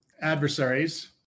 adversaries